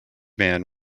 man